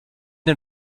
den